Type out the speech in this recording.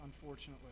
Unfortunately